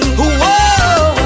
Whoa